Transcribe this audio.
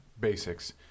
basics